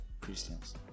christians